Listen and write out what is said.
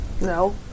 No